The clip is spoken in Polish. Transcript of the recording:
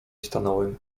stanąłem